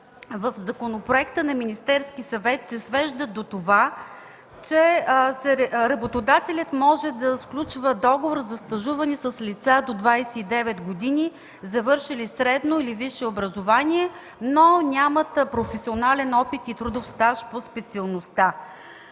в законопроекта на Министерския съвет се свеждат до това, че работодателят може да сключва договор за стажуване с лица до 29 години, завършили средно или висше образование, но без професионален опит и трудов стаж по специалността.